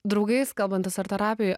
draugais kalbantis ar terapijoj